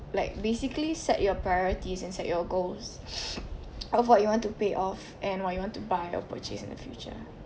like basically set your priorities and set your goals of what you want to pay off and what you want to buy or purchase in the future